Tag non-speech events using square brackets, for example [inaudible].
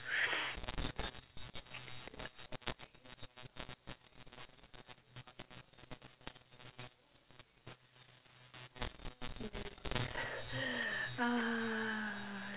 yes [noise]